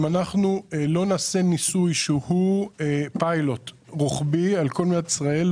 אם אנחנו לא נעשה ניסוי הוא פיילוט רוחבי על כל מדינת ישראל,